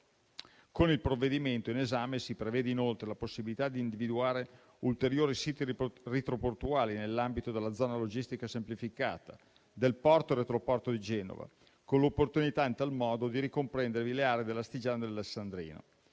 Con il provvedimento in esame si prevede inoltre la possibilità di individuare ulteriori siti retroportuali nell'ambito della zona logistica semplificata del porto e retroporto di Genova, con l'opportunità di ricomprendere in tal modo le aree dell'astigiano e dell'alessandrino.